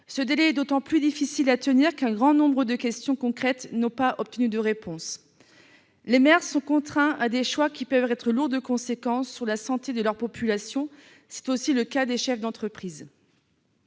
Ce délai est d'autant plus difficile à tenir qu'un grand nombre de questions concrètes n'ont pas obtenu de réponse. Les maires sont contraints à des choix qui peuvent être lourds de conséquences sur la santé de leur population. C'est aussi le cas des chefs d'entreprise.